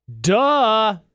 Duh